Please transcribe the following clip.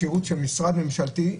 שירות של משרד ממשלתי,